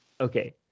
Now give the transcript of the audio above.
Okay